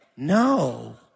No